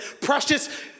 Precious